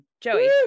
Joey